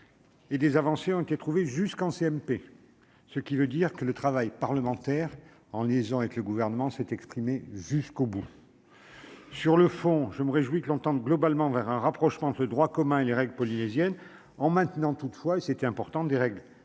et des avancées ont été trouvées jusqu'en commission mixte paritaire, ce qui veut dire que le travail parlementaire, en liaison avec le Gouvernement, s'est exprimé jusqu'au bout. Sur le fond, je me réjouis que l'on tende globalement vers un rapprochement entre le droit commun et les règles polynésiennes, en maintenant des dérogations lorsque les